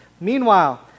Meanwhile